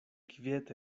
kviete